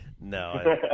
No